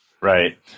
Right